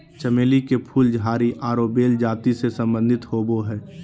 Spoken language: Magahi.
चमेली के फूल झाड़ी आरो बेल जाति से संबंधित होबो हइ